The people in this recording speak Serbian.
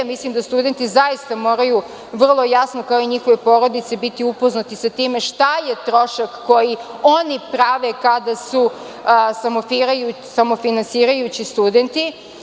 Mislim da studenti zaista moraju vrlo jasno kao i njihove porodice biti upoznati sa time šta je trošak koji oni prave kada su samofinansirajući studenti.